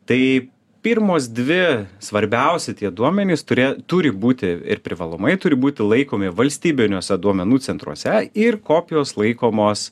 tai pirmos dvi svarbiausi tie duomenys turė turi būti ir privalomai turi būti laikomi valstybiniuose duomenų centruose ir kopijos laikomos